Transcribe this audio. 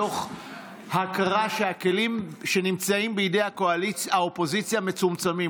מתוך הכרה שהכלים שנמצאים בידי האופוזיציה מצומצמים,